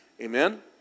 Amen